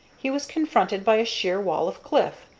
he was confronted by a sheer wall of cliff,